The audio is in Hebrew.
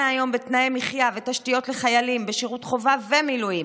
היום בתנאי מחיה ותשתיות לחיילים בשירות חובה ומילואים.